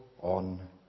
on